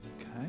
Okay